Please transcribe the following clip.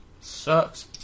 Sucks